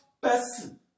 person